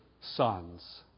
sons